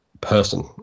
person